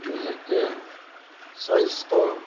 বিশেষকৈ স্বাস্থ্য